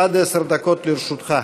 עד עשר דקות לרשותך.